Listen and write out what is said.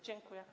Dziękuję.